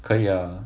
可以啊